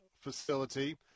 facility